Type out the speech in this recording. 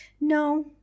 No